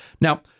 Now